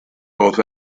both